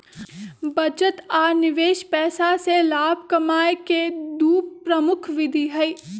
बचत आ निवेश पैसा से लाभ कमाय केँ दु प्रमुख विधि हइ